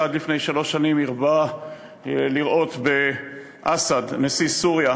שעד לפני שלוש שנים הרבה לראות באסד נשיא סוריה,